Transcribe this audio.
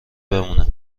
بمونم